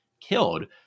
killed